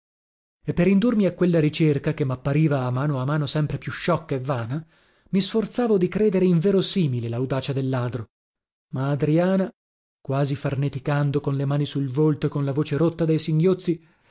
e per indurmi a quella ricerca che mappariva a mano a mano sempre più sciocca e vana mi sforzavo di credere inverosimile laudacia del ladro ma adriana quasi farneticando con le mani sul volto con la voce rotta dai singhiozzi